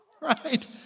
right